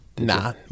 Nah